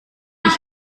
ich